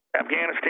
Afghanistan